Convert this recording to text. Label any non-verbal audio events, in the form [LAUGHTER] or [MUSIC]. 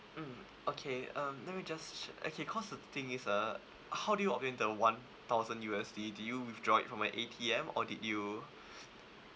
mm okay um let me just [NOISE] okay cause the thing is ah how did you obtain the one thousand U_S_D did you withdraw it from a A_T_M or did you [NOISE]